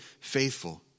faithful